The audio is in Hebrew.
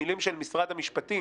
מילים של משרד המשפטים